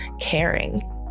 caring